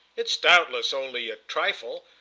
it's doubtless only a trifle,